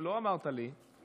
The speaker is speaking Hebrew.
לא אמרת לי.